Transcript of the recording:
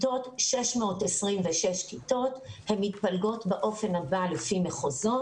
626 הכיתות מתפלגות באופן הבא לפי מחוזות.